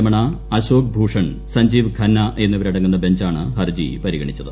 രമണ അശോക് ഭൂഷൺ സഞ്ജീവ് ഖന്ന എന്നിവരടങ്ങുന്ന ബെഞ്ചാണ് ഹർജി പരിഗണിച്ചത്